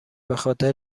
بخاطر